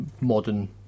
modern